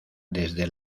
desde